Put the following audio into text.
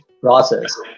process